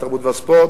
התרבות והספורט,